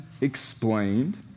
explained